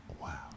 Wow